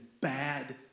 bad